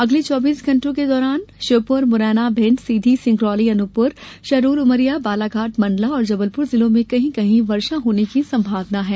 अगले चौबीस घंटों के दौरान श्योप्र मुरैना भिंड रीवा सीधी सिंगरौली अनूपपुर डिंडोरी शहडोल उमरिया बालाघाट मंडला और जबलपुर जिलों में कहीं कहीं वर्षा होने की संभावना है